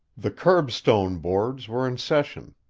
the curbstone boards were in session.